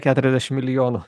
keturiasdešim milijonų